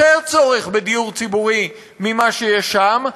יותר צורך בדיור ציבורי ממה שיש שם,